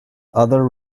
other